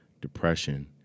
depression